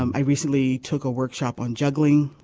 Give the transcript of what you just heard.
um i recently took a workshop on juggling.